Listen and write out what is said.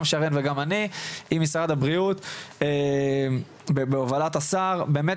גם שרן וגם אני עם משרד הבריאות ובהובלת השר וזה באמת